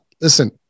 listen